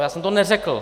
Já jsem to neřekl.